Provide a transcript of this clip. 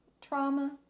trauma